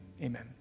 amen